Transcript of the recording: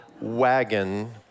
wagon